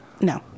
No